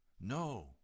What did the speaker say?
No